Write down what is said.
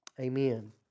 amen